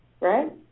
right